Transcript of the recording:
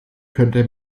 könnte